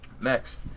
Next